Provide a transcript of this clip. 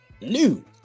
New